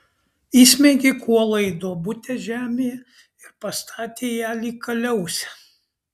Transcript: įsmeigė kuolą į duobutę žemėje ir pastatė ją lyg kaliausę